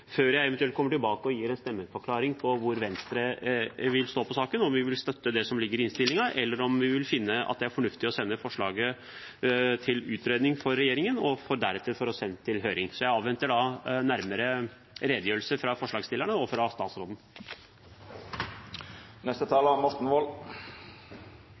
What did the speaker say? før jeg eventuelt kommer tilbake og gir en stemmeforklaring om hvor Venstre vil stå i saken – om vi vil støtte det som ligger i innstillingen, eller om vi vil finne at det er fornuftig å sende forslaget til utredning hos regjeringen, og at det deretter blir sendt på høring. Jeg avventer nærmere redegjørelse fra forslagsstillerne og fra statsråden.